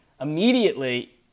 immediately